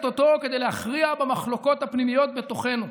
אותו כדי להכריע במחלוקות הפנימיות בתוכנו.